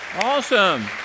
Awesome